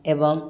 ଏବଂ